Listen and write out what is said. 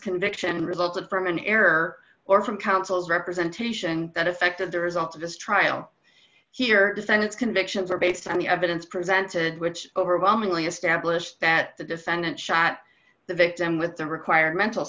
conviction resulted from an error or from counsel's representation that affected the result of this trial here defendant's convictions are based on the evidence presented which overwhelmingly establish that the defendant shot the victim with the required mental